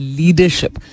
leadership